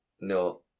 No